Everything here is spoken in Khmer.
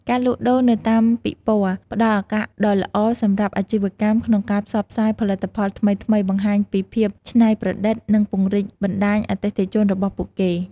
ការលក់ដូរនៅតាមពិព័រណ៍ផ្ដល់ឱកាសដ៏ល្អសម្រាប់អាជីវកម្មក្នុងការផ្សព្វផ្សាយផលិតផលថ្មីៗ បង្ហាញពីភាពច្នៃប្រឌិត និងពង្រីកបណ្ដាញអតិថិជនរបស់ពួកគេ។